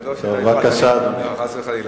זה לא שאתה הפרעת לי, חס וחלילה.